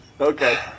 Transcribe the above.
Okay